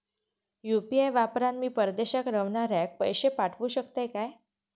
UPI वापरान मी परदेशाक रव्हनाऱ्याक पैशे पाठवु शकतय काय?